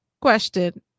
question